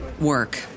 work